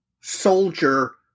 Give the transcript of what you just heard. soldier